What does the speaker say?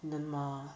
nevermind